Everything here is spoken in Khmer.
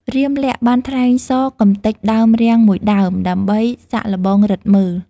រាមលក្សណ៍បានថ្លែងសរកម្ទេចដើមរាំងមួយដើមដើម្បីសាកល្បងឬទ្ធិមើល។